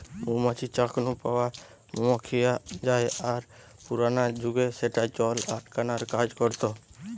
মৌ মাছির চাক নু পাওয়া মম খিয়া জায় আর পুরানা জুগে স্যাটা জল আটকানার কাজ করতা